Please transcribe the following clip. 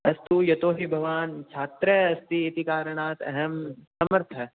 अस्तु यतोहि भवान् छात्रः अस्ति इति कारणात् एहं समर्थ